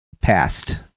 past